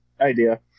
idea